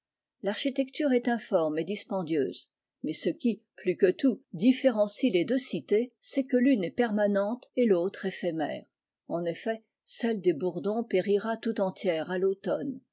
l'architecture est informe et dispendieuse mais ce qui plus que tout différencie les deux cités c'est que l'une est permanente et l'autre éphémère en effet celle des bourdons périra tout entière à l'automne